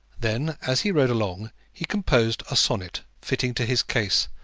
then, as he rode along, he composed a sonnet, fitting to his case,